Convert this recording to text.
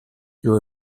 your